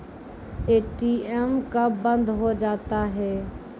ATM कब बंद हो जाता हैं?